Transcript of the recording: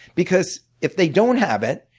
because if they don't have it,